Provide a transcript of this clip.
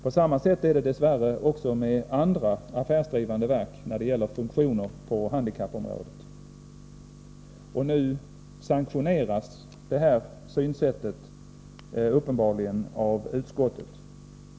På samma sätt är det dess värre också med andra affärsdrivande verk när det gäller funktioner på handikappområdet. Nu sanktioneras det synsättet uppenbarligen av utskottet.